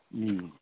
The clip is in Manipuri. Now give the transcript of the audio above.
ꯎꯝ